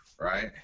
right